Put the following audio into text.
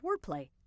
wordplay